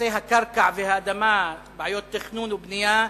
שנושא הקרקע והאדמה, בעיות תכנון ובנייה,